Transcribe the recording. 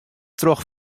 troch